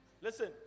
Listen